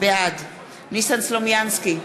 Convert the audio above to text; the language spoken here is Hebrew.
בעד ניסן סלומינסקי,